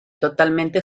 totalmente